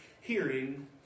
hearing